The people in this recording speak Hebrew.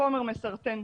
חומר מסרטן.